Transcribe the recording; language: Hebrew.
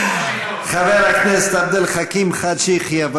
חבר הכנסת עבד אל חכים חאג' יחיא,